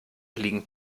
liegen